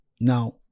Now